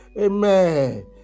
amen